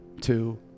two